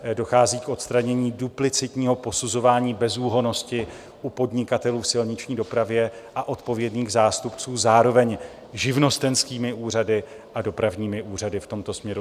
Dochází k odstranění duplicitního posuzování bezúhonnosti u podnikatelů v silniční dopravě a odpovědných zástupců zároveň živnostenskými úřady a dopravními úřady v tomto směru.